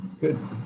Good